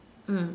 mm